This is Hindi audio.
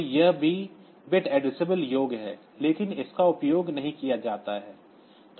तो यह भी बिट पता योग्य है लेकिन इसका उपयोग नहीं किया जाता है